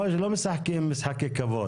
לא משחקים משחקי כבוד.